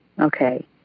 Okay